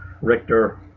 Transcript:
Richter